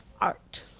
art